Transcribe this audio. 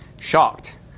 Shocked